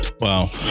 Wow